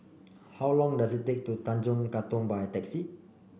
how long does it take to Tanjong Katong by taxi